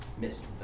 miss